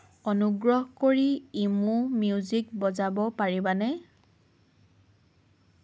অনুগ্ৰহ কৰি emo music বজাব পাৰিবানে